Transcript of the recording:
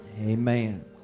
Amen